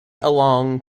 along